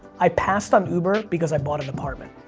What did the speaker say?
i passed on uber because i bought an apartment.